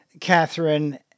Catherine